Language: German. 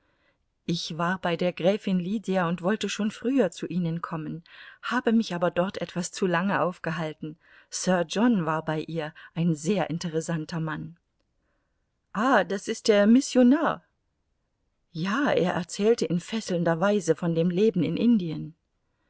ich war bei der gräfin lydia und wollte schon früher zu ihnen kommen habe mich aber dort etwas zu lange aufgehalten sir john war bei ihr ein sehr interessanter mann ah das ist der missionar ja er erzählte in fesselnder weise von dem leben in indien